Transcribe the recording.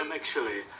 um actually.